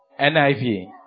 NIV